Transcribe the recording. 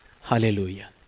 hallelujah